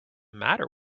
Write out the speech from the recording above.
matter